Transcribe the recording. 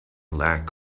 lack